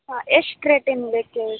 ಹಾಂ ಎಷ್ಟು ರೇಟಿಂದು ಬೇಕು ಹೇಳಿ ರೀ